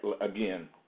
again